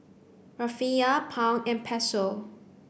Rufiyaa Pound and Peso